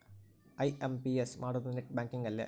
IMPS ಮಾಡೋದು net banking ಅಲ್ಲೆ